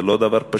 זה לא דבר פשוט,